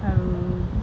আৰু